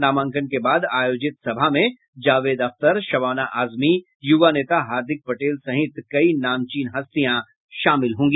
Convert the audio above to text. नामांकन के बाद आयोजित सभा में जावेद अख्तर शबाना आजमी युवा नेता हार्दिक पटेल सहित कई नामीचन हस्त्यां शामिल होंगी